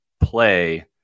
play